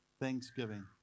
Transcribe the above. thanksgiving